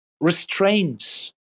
restraints